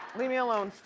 leave me alone,